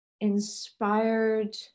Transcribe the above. inspired